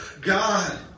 God